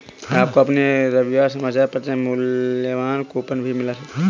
आपको अपने रविवार के समाचार पत्र में मूल्यवान कूपन भी मिल सकते हैं